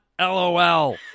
LOL